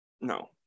No